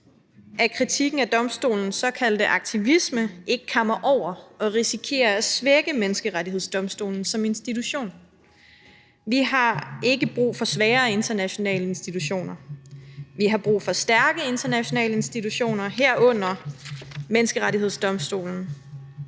at kritikken af domstolen ikke kammer over og risikerer at svække Menneskerettighedsdomstolen som institution. Vi har ikke brug for svagere internationale institutioner. Vi har brug for stærke internationale institutioner, herunder Menneskerettighedsdomstolen,